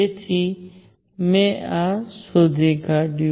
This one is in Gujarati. તેથી મેં આ શોધી કાઢ્યું